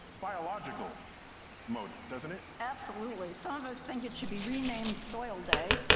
biological motive, doesn't it? absolutely. some of us think it should be renamed soil day,